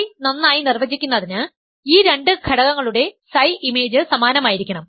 ψ നന്നായി നിർവ്വചിക്കുന്നതിന് ഈ രണ്ട് ഘടകങ്ങളുടെ ψ ഇമേജ് സമാനമായിരിക്കണം